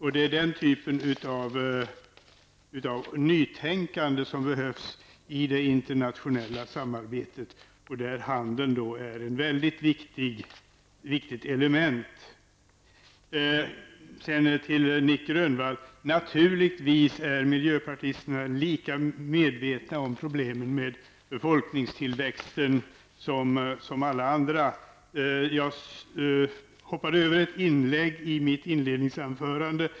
Det är den typen av nytänkande som behövs i det internationella samarbetet, där handeln utgör ett mycket viktigt element. Naturligtvis är miljöpartisterna, Nic Grönvall, lika medvetna om de problem som finns vad gäller befolkningstillväxten som alla andra är. Jag hoppade över en passus i mitt inledningsanförande.